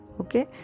okay